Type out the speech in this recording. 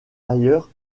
ailleurs